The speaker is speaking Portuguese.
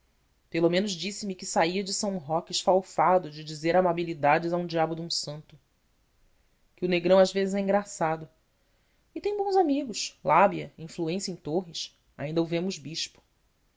pelo menos disse-me que saía de são roque esfalfado de dizer amabilidades a um diabo de um santo que o negrão às vezes é engraçado e tem bons amigos lábia influência em torres ainda o vemos bispo